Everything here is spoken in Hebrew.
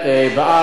11,